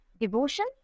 devotion